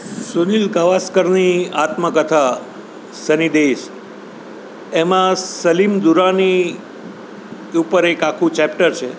સુનિલ ગાવસ્કરની આત્મકથા Sunny Days એમાં સલીમ દુરાની ઉપર એક આખું ચેપ્ટર છે